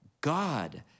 God